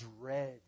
dread